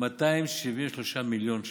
273 מיליון ש"ח.